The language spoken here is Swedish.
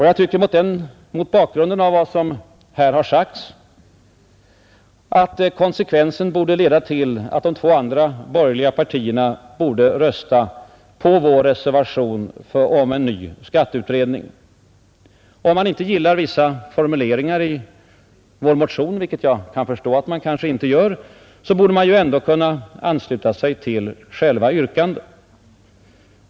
Jag tycker, mot bakgrunden av vad som här har sagts, att konsekvensen borde vara att de två andra borgerliga partierna skulle rösta för vår reservation om en ny skatteutredning. Om de inte gillar vissa formuleringar i vår motion, vilket jag kan förstå att de kanske inte gör, borde de ändå kunna ansluta sig till själva yrkandet.